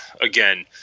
again